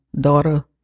daughter